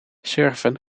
surfen